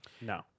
No